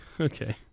Okay